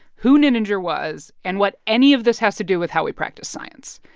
who ninninger was and what any of this has to do with how we practice science.